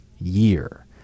year